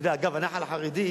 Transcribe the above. אתה יודע, אגב, הנח"ל החרדי,